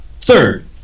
third